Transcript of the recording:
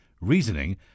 reasoning